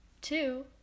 two